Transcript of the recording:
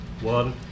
one